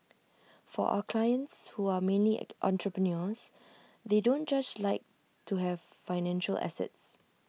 for our clients who are mainly entrepreneurs they don't just like to have financial assets